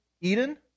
Eden